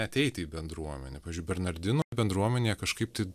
ateiti į bendruomenę pavyzdžiui bernardinų bendruomenėje kažkaip tai